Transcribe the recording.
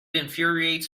infuriates